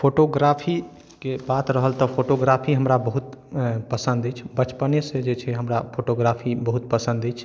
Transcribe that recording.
फोटोग्राफीके बात रहल तऽ फोटोग्राफी हमरा बहुत पसन्द अछि बचपनेसँ जे छै हमरा फोटोग्राफी बहुत पसन्द अछि